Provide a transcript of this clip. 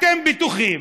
אתם בטוחים